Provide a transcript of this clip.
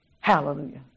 Hallelujah